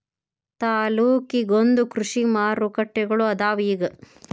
ತಾಲ್ಲೂಕಿಗೊಂದೊಂದ ಕೃಷಿ ಮಾರುಕಟ್ಟೆಗಳು ಅದಾವ ಇಗ